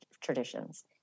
traditions